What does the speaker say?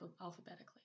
alphabetically